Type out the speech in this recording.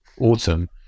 autumn